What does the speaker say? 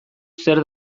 zer